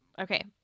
Okay